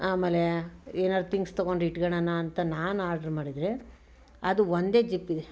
ಆಮೇಲೆ ಏನಾದ್ರು ಥಿಂಗ್ಸ್ ತೊಗೊಂಡು ಇಟ್ಕಳಣ ಅಂತ ನಾನು ಆರ್ಡ್ರ್ ಮಾಡಿದರೆ ಅದು ಒಂದೇ ಜಿಪ್ ಇದೆ